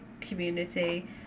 community